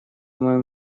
моем